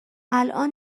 الان